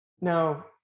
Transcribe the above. Now